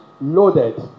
loaded